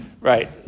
Right